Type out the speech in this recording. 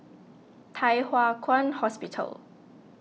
Thye Hua Kwan Hospital